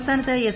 സംസ്ഥാനത്ത് എസ്